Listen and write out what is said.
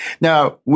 Now